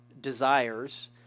desires